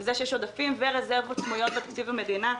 לכך שיש עודפים ורזרבות סמויות בתקציב המדינה,